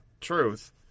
truth